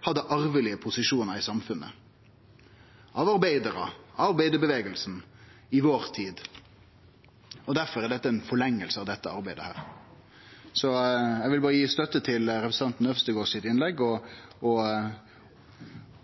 hadde arvelege posisjonar i samfunnet: av arbeidarar, arbeidarrørsla i vår tid. Derfor er dette ei forlenging av det arbeidet. Eg vil berre gi støtte til representanten Øvstegård sitt innlegg og